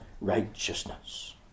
righteousness